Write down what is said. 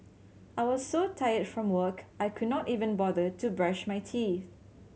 I was so tired from work I could not even bother to brush my teeth